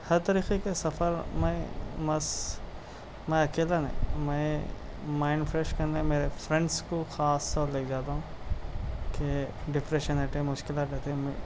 ہر طریقے کے سفر میں مس میں اکیلا نہیں میں مائنڈ فریش کرنے میرے فرینڈس کو خاص طور لے جاتا ہوں کہ ڈپریشن ہٹے مشکلات ہٹے